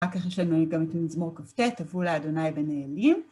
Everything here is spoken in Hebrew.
אחר כך יש לנו גם את מזמור כט: הבו לאדוני בני אלים.